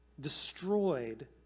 destroyed